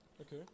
okay